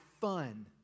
fun